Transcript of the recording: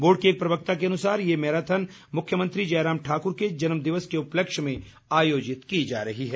board के एक प्रवक्ता के अनुसार ये मैराथन मुख्यमंत्री जयराम ठाकुर के जन्म दिवस के उपलक्ष्य में आयोजित की जा रही है